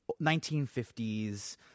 1950s